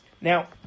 now